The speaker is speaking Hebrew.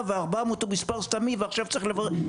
ו-400 הוא מספר סתמי ועכשיו צריך לברר.